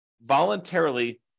voluntarily